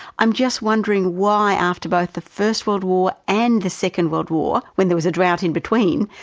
i'm just wondering why after both the first world war and the second world war, when there was a drought in between,